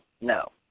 no